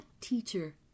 teacher